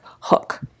hook